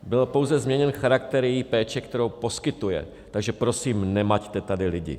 Byl pouze změněn charakter její péče, kterou poskytuje, takže prosím, nemaťte tady lidi.